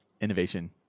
innovation